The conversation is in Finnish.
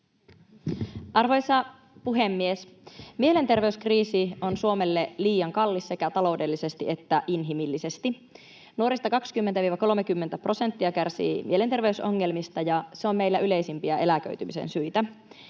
Arvoisa puhemies! Mielenterveyskriisi on Suomelle liian kallis sekä taloudellisesti että inhimillisesti. Nuorista 20—30 prosenttia kärsii mielenterveysongelmista, ja se on meillä yleisimpiä eläköitymisen syitä